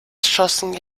schossen